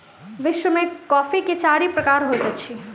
विश्व में कॉफ़ी के चारि प्रकार होइत अछि